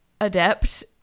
adept